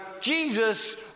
Jesus